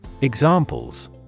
Examples